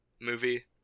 movie